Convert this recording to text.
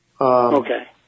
okay